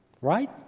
Right